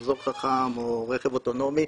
רמזור חכם או רכב אוטונומי,